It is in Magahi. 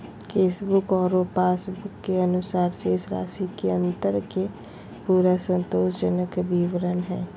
कैशबुक आरो पास बुक के अनुसार शेष राशि में अंतर के पूरा संतोषजनक विवरण हइ